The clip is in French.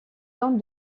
donne